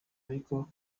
ariko